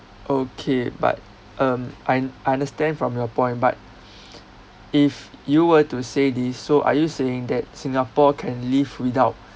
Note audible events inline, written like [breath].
okay but um I understand from your point but [breath] if you were to say this so are you saying that singapore can live without